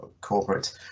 corporate